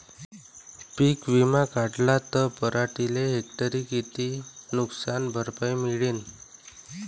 पीक विमा काढला त पराटीले हेक्टरी किती नुकसान भरपाई मिळीनं?